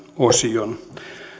osion